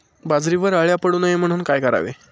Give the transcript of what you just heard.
बाजरीवर अळ्या पडू नये म्हणून काय करावे?